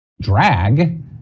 drag